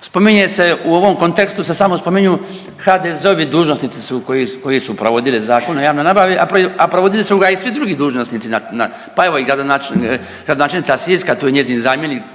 Spominje se, u ovom kontekstu se samo spominju HDZ-ovi dužnosnici koji su provodili Zakon o javnoj nabavi, a provodili su ga i svi drugi dužnosnici. Pa evo i gradonačelnica Siska, tu je njezin zamjenik